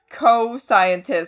co-scientist